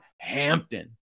Hampton